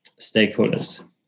stakeholders